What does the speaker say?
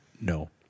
No